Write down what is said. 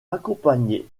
accompagnée